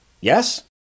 Yes